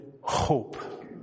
hope